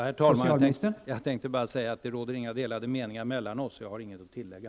Herr talman! Det råder inte några delade meningar mellan oss, så jag har inget att tillägga.